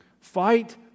Fight